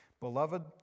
Beloved